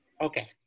okay